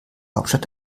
hauptstadt